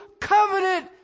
covenant